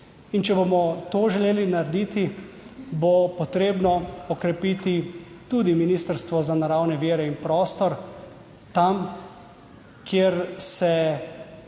in če bomo to želeli narediti, bo potrebno okrepiti tudi ministrstvo za naravne vire in prostor, tam kjer se